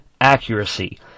accuracy